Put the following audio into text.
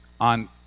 on